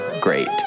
great